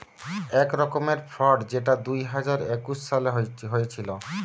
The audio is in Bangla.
এক রকমের ফ্রড যেটা দুই হাজার একুশ সালে হয়েছিল